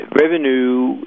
revenue